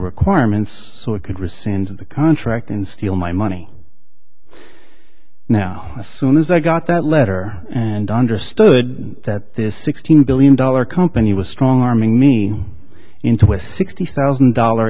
requirements so it could rescind the contract and steal my money now as soon as i got that letter and understood that this sixteen billion dollar company was strong arming me into a sixty thousand dollar